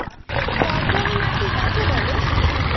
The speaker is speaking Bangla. কর্দম মাটি কাকে বলে?